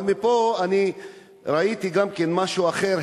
אבל מפה אני ראיתי גם כן משהו אחר,